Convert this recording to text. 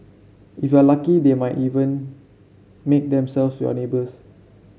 if you are lucky they might even make themselves your neighbours